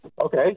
Okay